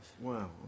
wow